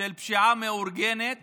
של פשיעה מאורגנת